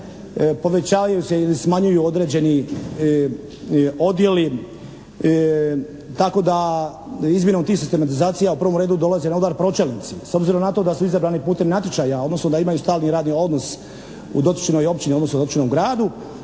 povećavaju se i smanjuju određeni odjeli tako da izmjenom tih sistematizacija u prvom redu dolaze na udar pročelnici. S obzirom da su izabrani putem natječaja, odnosno da imaju stalni radni odnos u dotičnoj općini, odnosno dotičnom gradu,